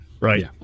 Right